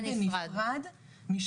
יהיה בנפרד,